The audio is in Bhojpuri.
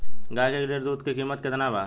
गाय के एक लीटर दुध के कीमत केतना बा?